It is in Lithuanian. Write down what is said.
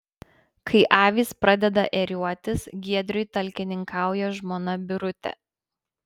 kai avys pradeda ėriuotis giedriui talkininkauja žmona birutė